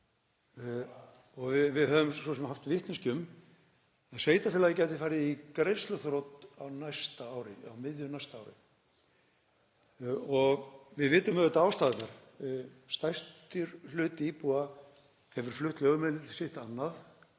og við höfum svo sem haft vitneskju um, gæti sveitarfélagið farið í greiðsluþrot á næsta ári, á miðju næsta ári. Við vitum auðvitað ástæðurnar. Stærstur hluti íbúa hefur flutt lögheimili sitt annað,